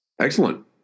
Excellent